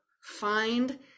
find